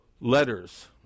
letters